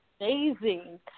amazing